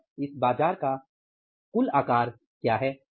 अब इस बाजार का कुल आकार क्या है